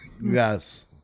Yes